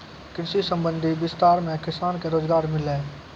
कृषि संबंधी विस्तार मे किसान के रोजगार मिल्लै